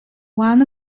one